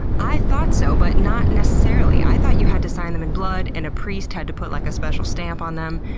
i thought so, but not necessarily. i thought you had to sign them in blood and a priest had to put like a special stamp on them.